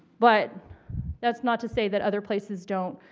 but that's not to say that other places don't